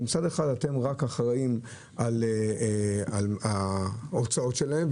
שמצד אחד אתם אחראים רק על ההוצאות שלכם,